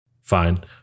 fine